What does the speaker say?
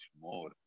more